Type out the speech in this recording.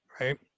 right